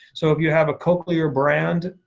so if you have a cochlear brand,